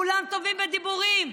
כולם טובים בדיבורים.